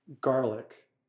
garlic